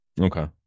Okay